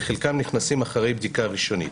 וחלקם נכנסים אחרי בדיקה ראשונית.